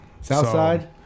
Southside